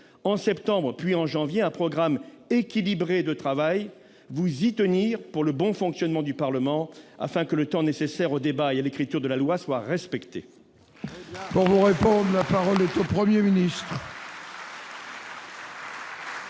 en septembre, puis en janvier, un programme équilibré de travail et vous y tenir, pour le bon fonctionnement du Parlement, afin que le temps nécessaire au débat et à l'écriture de la loi soit respecté ? La parole est à M. le Premier ministre.